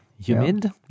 Humid